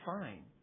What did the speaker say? fine